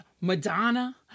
Madonna